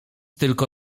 tylko